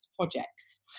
projects